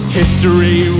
history